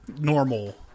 normal